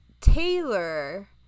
Taylor